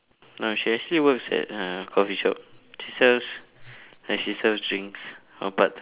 no she actually works at a coffee shop she sells like she sells drinks for part time